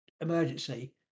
emergency